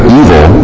evil